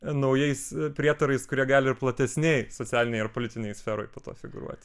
naujais prietarais kurie gali ir platesnėj socialinėj ar politinėj sferoj po to figūruoti